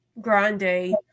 Grande